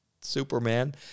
superman